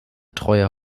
treuer